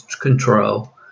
control